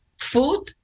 food